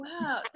wow